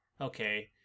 okay